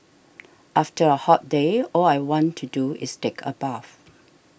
after a hot day all I want to do is take a bath